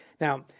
Now